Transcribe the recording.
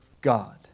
God